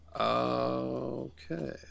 Okay